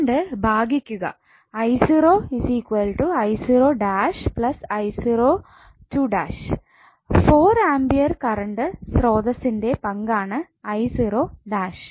current ഭാഗിക്കുക 𝑖0 𝑖′0 𝑖′0′ 4 ampere current സ്രോതസ്സ്ഴ്സ്ന്റെ പങ്കാണ് 𝑖′0